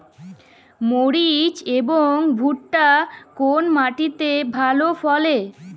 মরিচ এবং ভুট্টা কোন মাটি তে ভালো ফলে?